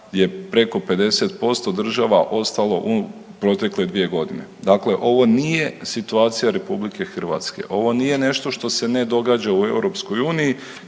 je preko 50% država ostalo u protekle dvije godine. Dakle, ovo nije situacija RH, ovo nije nešto što se ne događa u EU